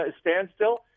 standstill